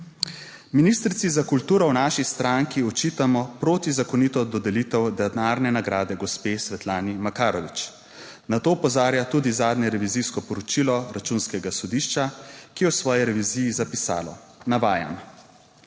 Ministrici za kulturo v naši stranki očitamo protizakonito dodelitev denarne nagrade gospe Svetlani Makarovič. Na to opozarja tudi zadnje revizijsko poročilo Računskega sodišča, ki je v svoji reviziji zapisalo, navajam: